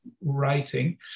writing